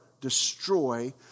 destroy